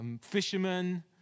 fishermen